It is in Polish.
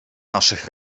naszych